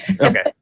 Okay